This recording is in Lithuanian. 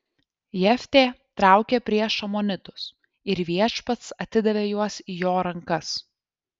jeftė traukė prieš amonitus ir viešpats atidavė juos į jo rankas